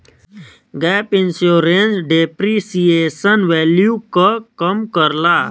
gap insurance depreciation value क कम करला